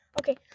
Okay